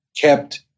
kept